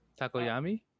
Takoyami